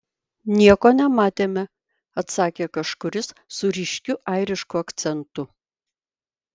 nieko nematėme atsakė kažkuris su ryškiu airišku akcentu